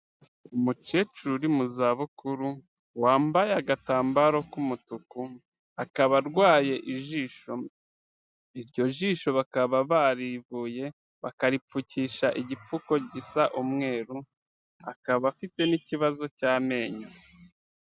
Umukecuru uri mu zabukuru, wambaye agatambaro k'umutuku, akaba arwaye ijisho, iryo jisho bakaba barivuye bakaripfukisha igipfuko gisa umweru, akaba afite n'ikibazo cy'amenyo.